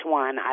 one